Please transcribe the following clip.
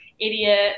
idiot